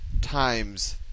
times